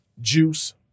Juice